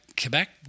Quebec